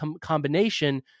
combination